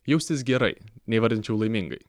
jaustis gerai neįvardinčiau laimingai